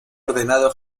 ordenado